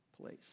place